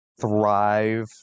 thrive